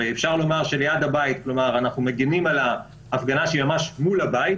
אפשר לומר שאנחנו מגינים על הפגנה שהיא ממש מול הבית.